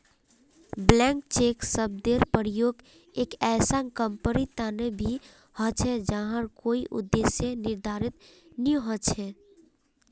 blank cheque शब्देर प्रयोग एक ऐसा कंपनीर तने भी ह छे जहार कोई उद्देश्य निर्धारित नी छ